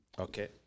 Okay